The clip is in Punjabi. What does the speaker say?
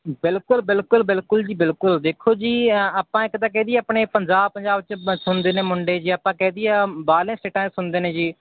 ਬਿਲਕੁਲ ਬਿਲਕੁਲ ਬਿਲਕੁਲ ਜੀ ਬਿਲਕੁਲ ਦੇਖੋ ਜੀ ਆਪਾਂ ਇੱਕ ਤਾਂ ਕਹਿ ਦਈਏ ਆਪਣੇ ਪੰਜਾਬ ਪੰਜਾਬ 'ਚ ਸੁਣਦੇ ਨੇ ਮੁੰਡੇ ਜੇ ਆਪਾਂ ਕਹਿ ਦਈਏ ਬਾਹਰਲੇ ਸਟੇਟਾਂ 'ਚ ਸੁਣਦੇ ਨੇ ਜੀ